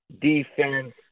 defense